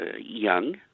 young